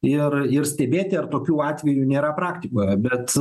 ir ir stebėti ar tokių atvejų nėra praktikoje bet